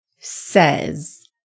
says